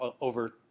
over